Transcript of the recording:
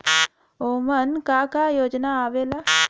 उमन का का योजना आवेला?